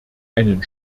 einen